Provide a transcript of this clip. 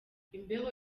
imbeho